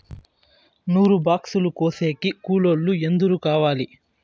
నూరు బాక్సులు కోసేకి కూలోల్లు ఎందరు కావాలి?